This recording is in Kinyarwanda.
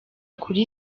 kuri